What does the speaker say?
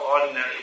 ordinary